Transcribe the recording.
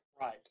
Right